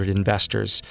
investors